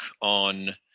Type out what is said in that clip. on